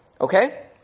Okay